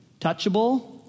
touchable